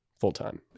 full-time